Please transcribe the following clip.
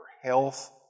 health